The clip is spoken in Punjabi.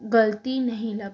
ਗਲਤੀ ਨਹੀਂ ਲੱਭ